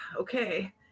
okay